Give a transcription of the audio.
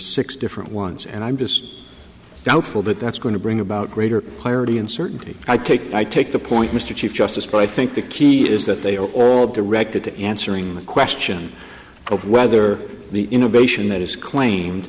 six different ones and i'm just doubtful that that's going to bring about greater clarity and certainty i take i take the point mr chief justice but i think the key is that they are all directed to answering the question of whether the innovation that is claimed